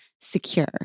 secure